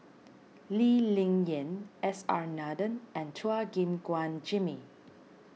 Lee Ling Yen S R Nathan and Chua Gim Guan Jimmy